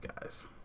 guys